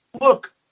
look